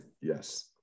Yes